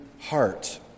heart